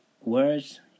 Words